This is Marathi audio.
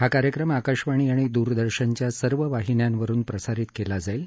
हा कार्यक्रम आकाशवाणी आणि दूरदर्शनच्या सर्व वाहिन्यावरुन प्रसारित केलं जाईल